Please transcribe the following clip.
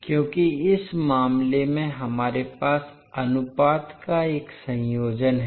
क्योंकि इस मामले में हमारे पास अनुपात का एक संयोजन है